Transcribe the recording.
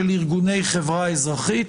של ארגוני חברה אזרחית.